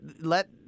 let